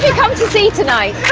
come to see tonight?